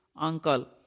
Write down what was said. uncle